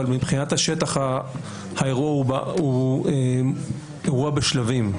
שמבחינת השטח אירוע הוא אירוע בשלבים.